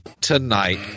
tonight